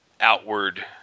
outward